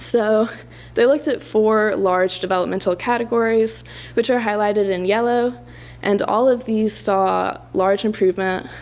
so they looked at four large developmental categories which are highlighted in yellow and all of these saw large improvement